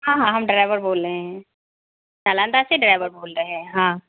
हाँ हाँ हम ड्राइवर बोल रहे हैं नालंदा से ड्राइवर बोल रहे हाँ